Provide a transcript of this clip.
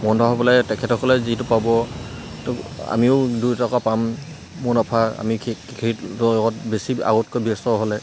মুনাফা হ'বলৈ তেখেতসকলে যিটো পাব তোক আমিও দুই টকা পাম মুনাফা আমি লগত বেছি আগতকৈ ব্যস্ত হ'লে